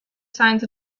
signs